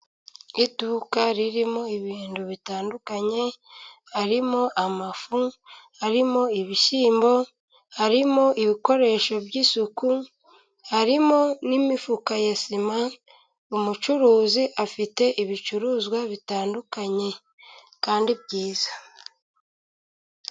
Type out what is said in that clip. Iduka ririmo ibintu bitandukanye harimo amafu, harimo ibishyimbo, harimo ibikoresho by'isuku, harimo n'imifuka ya sima. Umucuruzi afite ibicuruzwa bitandukanye kandi byiza.